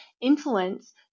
influence